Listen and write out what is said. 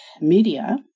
media